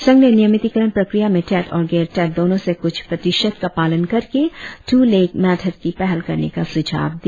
संघ ने नियमितकरण प्रक्रिया में टेट और गैर टेट दोनो से कुछ प्रतिशत का पालन करके टू लेग मेथड की पहल करने का सुझाव दिया